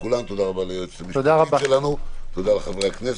תודה רבה לכולם, תודה לחברי הכנסת.